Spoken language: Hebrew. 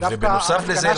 בנוסף לזה,